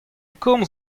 komz